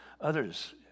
Others